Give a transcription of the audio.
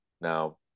Now